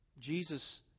Jesus